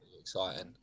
exciting